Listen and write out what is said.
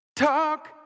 Talk